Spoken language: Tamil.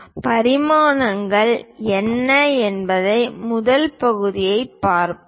பரிமாணங்கள் என்ன என்பதை முதல் பகுதியை பார்ப்போம்